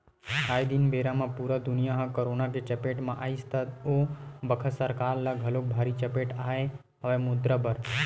आये दिन बेरा म पुरा दुनिया ह करोना के चपेट म आइस त ओ बखत सरकार ल घलोक भारी चपेट आय हवय मुद्रा बर